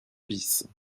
bis